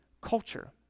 culture